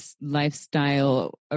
lifestyle